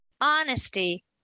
honesty